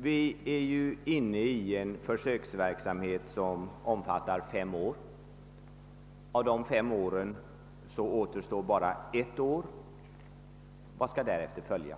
Vi är ju inne i en försöksverksamhet som omfattar fem år. Av dessa fem år återstår bara ett. Vad skall därefter följa?